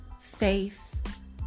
Faith